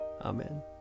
Amen